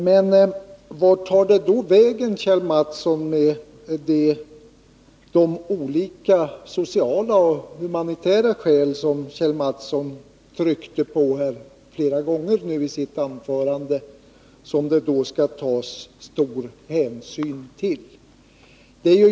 Men hur går det då med de olika sociala och humanitära skäl som Kjell Mattsson tryckte på flera gånger i sitt anförande och som det skall tas stor hänsyn till?